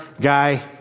guy